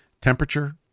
temperature